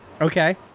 Okay